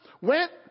went